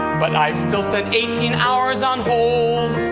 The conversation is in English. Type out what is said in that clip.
but i've still spent eighteen hours on hold.